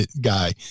guy